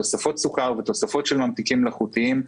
תוספות סוכר ותוספות של ממתיקים מלאכותיים,